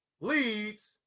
leads